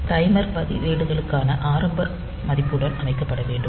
timer பதிவேடுகளுக்கான ஆரம்ப மதிப்புடன் அமைக்கப்பட வேண்டும்